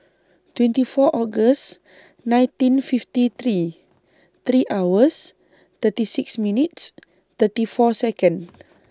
twenty four August nineteen fifty three three hours thirty six minutes thirty four Second